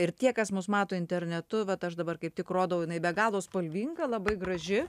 ir tie kas mus mato internetu bet aš dabar kaip tik rodau jinai be galo spalvinga labai graži